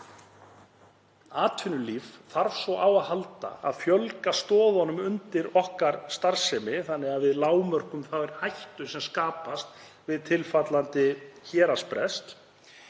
íslenskt atvinnulíf þarf svo á að halda, að fjölga stoðunum undir starfsemi okkar þannig að við lágmörkum þær hættur sem skapast við tilfallandi héraðsbrest.